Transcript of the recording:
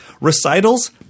recitals